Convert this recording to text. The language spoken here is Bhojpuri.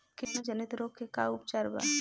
कीटाणु जनित रोग के का उपचार बा?